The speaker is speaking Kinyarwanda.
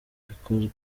ikozwe